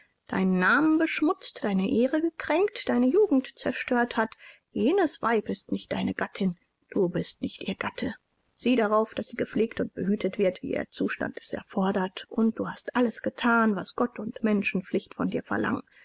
deinen namen beschmutzt deine ehre gekränkt deine jugend zerstört hat jenes weib ist nicht deine gattin du bist nicht ihr gatte sieh darauf daß sie gepflegt und behütet wird wie ihr zustand es erfordert und du hast alles gethan was gott und menschenpflicht von dir